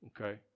okay